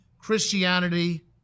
Christianity